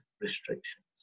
restrictions